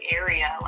area